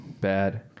Bad